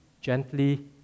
gently